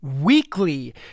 weekly